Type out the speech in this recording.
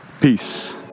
peace